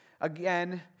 again